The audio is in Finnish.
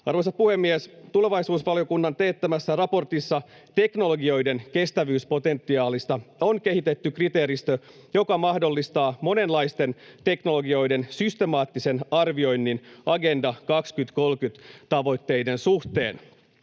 Arvoisa puhemies! Tulevaisuusvaliokunnan teettämässä raportissa teknologioiden kestävyyspotentiaalista on kehitetty kriteeristö, joka mahdollistaa monenlaisten teknologioiden systemaattisen arvioinnin Agenda 2030 ‑tavoitteiden suhteen.